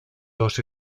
dos